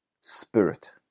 spirit